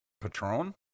Patron